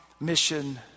mission